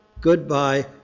goodbye